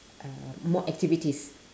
uh more activities